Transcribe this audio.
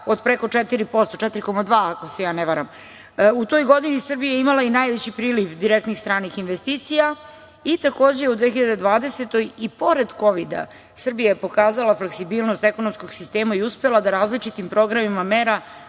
od preko 4%, dakle 4,2% ako se ne varam. U toj godini Srbija je imala i najveći priliv direktnih stranih investicija i takođe u 2020. godini, i pored kovida, Srbija je pokazala fleksibilnost ekonomskog sistema i uspela da različitim programima mera